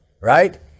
right